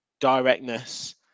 directness